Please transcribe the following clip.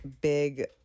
big